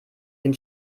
den